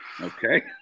Okay